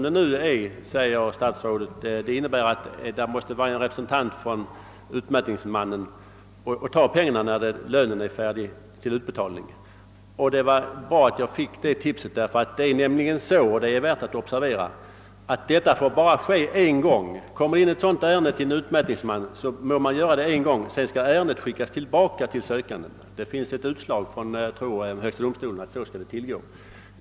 Det är så, som statsrådet säger, att det måste vara en representant för utmätningsmannen som tar pengar, när lönen är färdig till utbetalning. Det är emellertid så — det är värt att observera — att detta bara får ske en gång. Sedan skall ärendet skickas tillbaka till sökanden. Det finns ett utslag av högsta domstolen, tror jag det är, att så skall det gå till.